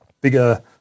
bigger